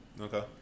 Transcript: Okay